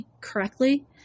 correctly